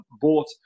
bought